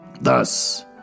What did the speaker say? Thus